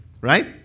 right